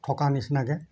থকাৰ নিচিনাকৈ